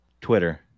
Twitter